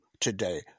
today